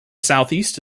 southeast